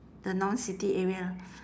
the non city area